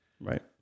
Right